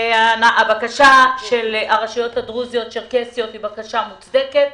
והבקשה של הרשויות הדרוזיות והצ'רקסיות היא בקשה מוצדקת.